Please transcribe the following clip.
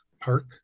park